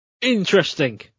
Interesting